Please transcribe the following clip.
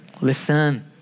Listen